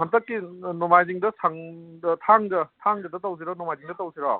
ꯍꯟꯇꯛꯀꯤ ꯅꯣꯡꯃꯥꯏꯖꯤꯡꯗ ꯊꯥꯡꯖ ꯊꯥꯡꯖꯗ ꯇꯧꯁꯤꯔꯣ ꯅꯣꯡꯃꯥꯏꯖꯤꯡꯗ ꯇꯧꯁꯤꯔꯣ